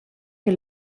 che